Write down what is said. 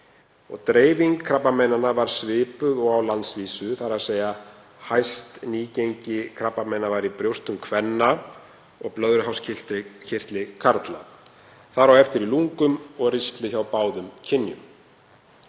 Dreifing krabbameinanna var svipuð og á landsvísu, þ.e. hæst nýgengi krabbameina var í brjóstum kvenna og blöðruhálskirtli karla, þar á eftir í lungum og ristli hjá báðum kynjum.